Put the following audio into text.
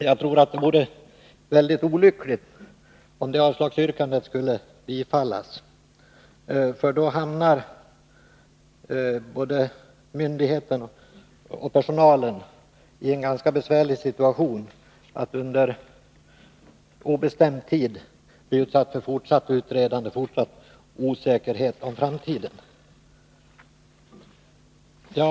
Jag anser att det är mycket olyckligt, om detta avslagsyrkande skulle bifallas, ty då hamnar både myndigheten och personalen i en ganska besvärlig situation, nämligen att under obestämd tid bli utsatt för utredande och fortsatt osäkerhet inför framtiden.